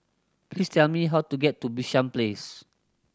please tell me how to get to Bishan Place